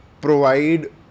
provide